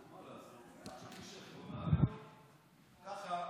ככה